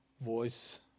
voice